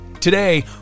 Today